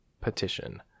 petition